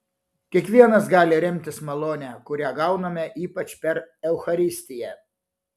kiekvienas gali remtis malone kurią gauname ypač per eucharistiją